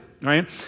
right